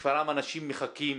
בשפרעם אנשים מחכים,